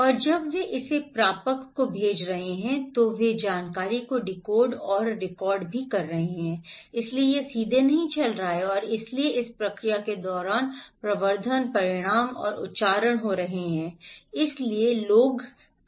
और जब वे इसे प्रापक को भेज रहे हैं तो वे जानकारी को डिकोड और रीकोड भी कर रहे हैं इसलिए यह सीधे नहीं चल रहा है और इसलिए इस प्रक्रिया के दौरान प्रवर्धन परिमाण और उच्चारण हो रहे हैं ठीक है